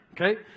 Okay